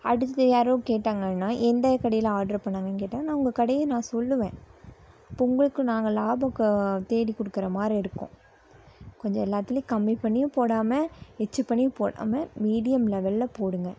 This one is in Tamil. அடுத்து யாரோ கேட்டாங்கன்னால் எந்த கடையில் ஆர்ட்ரு பண்ணாங்கன்னு கேட்டால் நான் உங்கள் கடையை நான் சொல்லுவேன் அப்போது உங்களுக்கும் நாங்கள் லாபம் க தேடி கொடுக்கற மாரி இருக்கும் கொஞ்சம் எல்லாத்துலேயும் கம்மி பண்ணியும் போடாமல் எச்சி பண்ணியும் போடாமல் மீடியம் லெவலில் போடுங்கள்